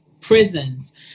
prisons